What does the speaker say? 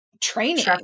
training